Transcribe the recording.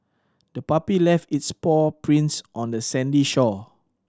the puppy left its paw prints on the sandy shore